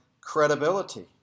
credibility